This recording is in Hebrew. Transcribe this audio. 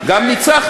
אינו נוכח באסל גטאס,